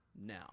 now